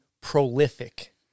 prolific